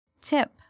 Tip